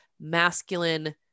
masculine